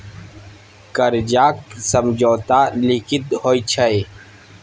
करजाक समझौता लिखित होइ छै